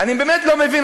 חברי וחברותי,